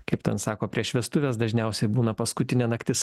kaip ten sako prieš vestuves dažniausiai būna paskutinė naktis